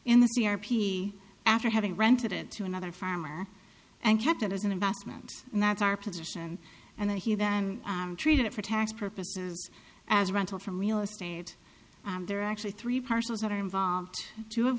in the c r p after having rented it to another farmer and kept it as an investment and that's our position and that he them traded it for tax purposes as rental from real estate there are actually three parcels that are involved two of